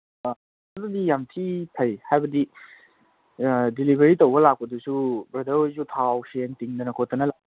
ꯑꯥ ꯑꯗꯨꯗꯤ ꯌꯥꯝ ꯊꯤ ꯐꯩ ꯍꯥꯏꯕꯗꯤ ꯗꯤꯂꯤꯕꯔꯤ ꯇꯧꯕ ꯂꯥꯛꯄꯗꯨꯁꯨ ꯕ꯭ꯔꯗꯔ ꯍꯣꯏꯁꯨ ꯊꯥꯎ ꯁꯦꯟ ꯇꯤꯡꯗꯅ ꯈꯣꯠꯇꯅ